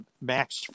Max